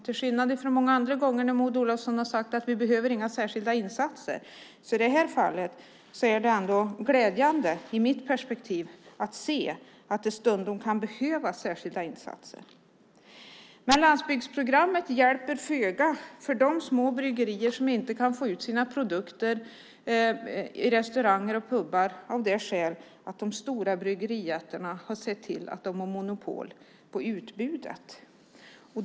Till skillnad från många andra gånger, när Maud Olofsson har sagt att vi inte behöver några särskilda insatser, är det i det här fallet glädjande i mitt perspektiv att se att det stundom kan behövas särskilda insatser. Men landsbygdsprogrammet hjälper föga för de små bryggerier som inte kan få ut sina produkter till restauranger och pubar av det skälet att de stora bryggerijättarna har sett till att de har monopol på utbudet.